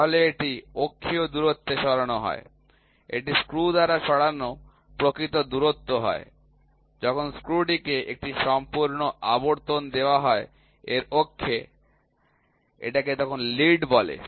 তাহলে এটি অক্ষীয় দূরত্বে সরানো হয় এটি স্ক্রু দ্বারা সরানো প্রকৃত দূরত্ব হয় যখন স্ক্রুটিকে একটি সম্পূর্ণ আবর্তন দেওয়া হয় এর অক্ষে এটাকে লিড বলে